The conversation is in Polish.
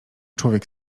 człowiek